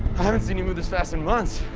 i haven't seen you move this fast in months.